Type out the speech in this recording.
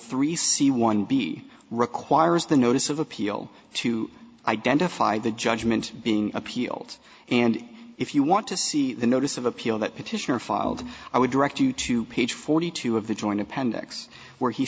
c one b requires the notice of appeal to identify the judgment being appealed and if you want to see the notice of appeal that petitioner filed i would direct you to page forty two of the joint appendix where he